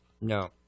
No